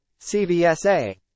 CVSA